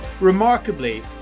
remarkably